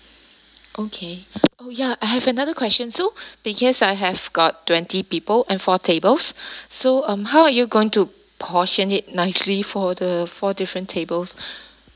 okay oh ya I have another question so because I have got twenty people and four tables so um how are you going to portion it nicely for the four different tables